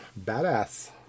badass